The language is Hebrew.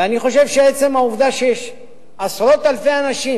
ואני חושב שעצם העובדה שיש עשרות אלפי אנשים